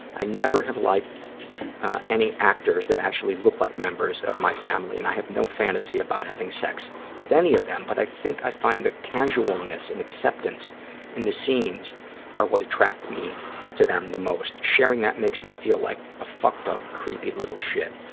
i never have liked any actors that actually look like members of my family and i have no fantasy about having sex with any of them, but i think i find the casualness and acceptance in the scenes are what attract me to them the most. sharing that makes me feel like a fucked-up, creepy little shit.